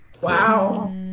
wow